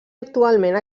actualment